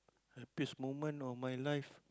happiest moment of my life